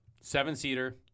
Seven-seater